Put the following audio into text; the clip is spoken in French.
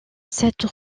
cette